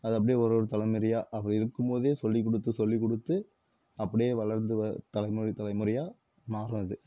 அது அப்படியே ஒரு ஒரு தலைமுறையாக அப்படி இருக்கும்போதே சொல்லி கொடுத்து சொல்லி கொடுத்து அப்படியே வளர்ந்து தலைமுறை தலைமுறையாக மாறும் அது